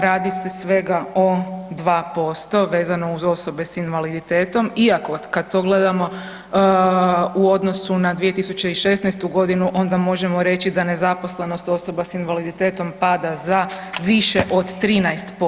Radi se svega o dva posto vezano uz osobe sa invaliditetom, iako kad to gledamo u odnosu na 2016. godinu onda možemo reći da nezaposlenost osoba sa invaliditetom pada za više od 13%